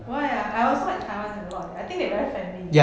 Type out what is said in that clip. why ah I also like taiwan leh a lot I think they very friendly